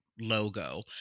logo